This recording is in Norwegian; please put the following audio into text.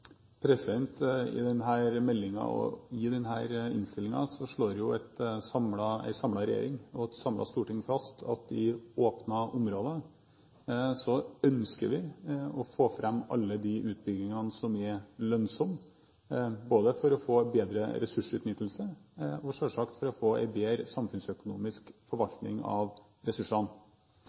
og i denne innstillingen slår jo en samlet regjering – og et samlet storting – fast at i åpnede områder ønsker vi å få fram alle de utbyggingene som er lønnsomme, for å få en bedre ressursutnyttelse og selvsagt for å få en bedre samfunnsøkonomisk forvaltning av ressursene.